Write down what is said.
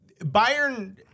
Bayern